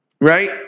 right